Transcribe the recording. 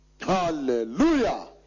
Hallelujah